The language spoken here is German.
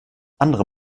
andere